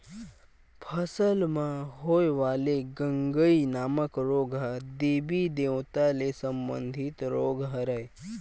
फसल म होय वाले गंगई नामक रोग ह देबी देवता ले संबंधित रोग हरय